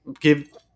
give